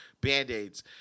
band-aids